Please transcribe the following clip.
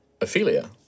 Ophelia